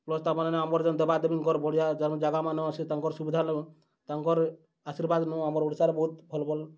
plus ତାମାନେ ଆମର୍ ଯେନ୍ ଦେବା ଦେବୀଙ୍କର ବଢ଼ିଆ ଯେନ୍ ଜାଗାମାନେ ଅଛେ ତାଙ୍କର ସୁବିଧା ନୁହଁ ତାଙ୍କର୍ ଆଶୀର୍ବାଦ୍ନୁ ଆମର୍ ଓଡ଼ିଶାରେ ବହୁତ୍ ଭଲ୍ ଭଲ୍